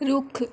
ਰੁੱਖ